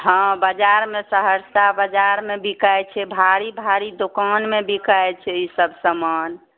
हँ बजारमे सहरसा बजारमे बिकाइ छै भारी भारी दोकानमे बिकाइ छै ईसब समान